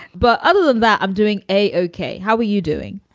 but other than that, i'm doing a okay how are you doing